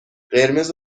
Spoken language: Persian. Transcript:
قرمز